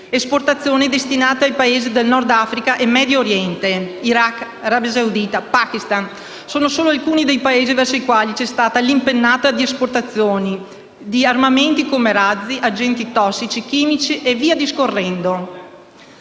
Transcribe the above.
esportazioni destinate anche a Paesi del Nord Africa e Medio Oriente. Iraq, Arabia Saudita, Pakistan, sono solo alcuni dei Paesi verso i quali c'è stata l'impennata di esportazioni di armamenti come razzi, agenti tossici e chimici e via discorrendo.